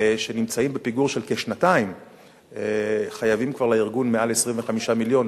שנמצאים בפיגור של כשנתיים חייבים כבר לארגון למעלה מ-25 מיליון,